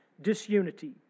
disunity